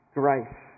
grace